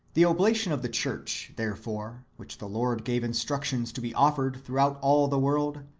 the oblation of the church, therefore, which the lord gave instructions to be offered throughout all the world,